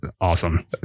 Awesome